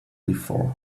before